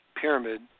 pyramid